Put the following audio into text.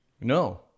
No